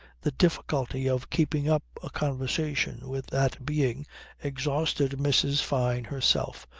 the difficulty of keeping up a conversation with that being exhausted mrs. fyne herself,